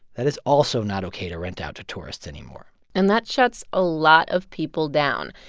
that is also not ok to rent out to tourists anymore and that shuts a lot of people down.